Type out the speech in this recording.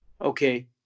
Okay